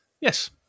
Yes